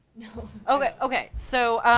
no. okay, okay, so,